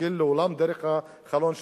מסתכל על העולם דרך החלון שלו.